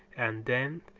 and then,